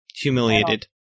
humiliated